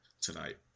tonight